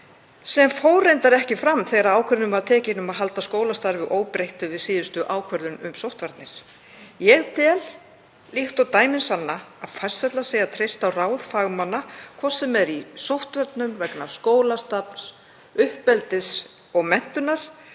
sem fór reyndar ekki fram þegar ákvörðunin var tekin um að halda skólastarfi óbreyttu við síðustu ákvörðun um sóttvarnir. Ég tel, líkt og dæmin sanna, að farsælla sé að treysta á ráð fagmanna, hvort sem er í sóttvörnum, vegna skólastarfs, uppeldis eða menntunar,